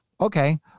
okay